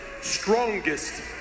strongest